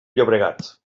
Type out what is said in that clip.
llobregat